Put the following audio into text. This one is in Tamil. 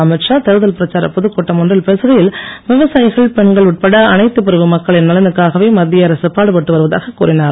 அமீத்ஷா தேர்தல் பிரச்சாரப் பொதுக்கூட்டம் ஒன்றில் பேசுகையில் விவசாயிகள் பெண்கள் உட்பட அனைத்துப் பிரிவு மக்களின் நலனுக்காகவே மத்திய அரசு பாடுபட்டு வருவதாகக் கூறினார்